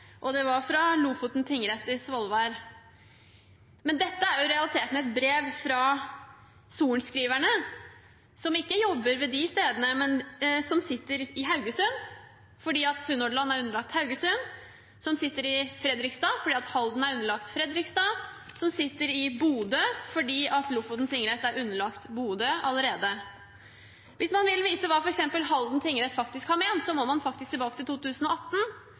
og det var fra Lofoten tingrett i Svolvær. Men dette er jo i realiteten et brev fra sorenskriverne, som ikke jobber ved de stedene, men som sitter i Haugesund, fordi Sunnhordland er underlagt Haugesund, som sitter i Fredrikstad, fordi Halden er underlagt Fredrikstad, og som sitter i Bodø, fordi Lofoten tingrett er underlagt Bodø allerede. Hvis man vil vite hva f.eks. Halden tingrett faktisk har ment, må man tilbake til 2018.